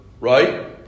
Right